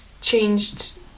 changed